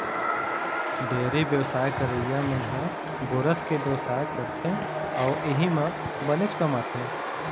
dairy बेवसाय करइया मन ह गोरस के बेवसाय करथे अउ इहीं म बनेच कमाथे